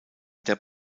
der